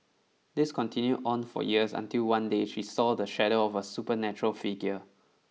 this continued on for years until one day she saw the shadow of a supernatural figure